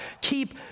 Keep